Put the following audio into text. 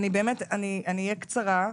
אני באמת אהיה קצרה,